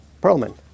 Perlman